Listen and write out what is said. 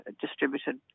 distributed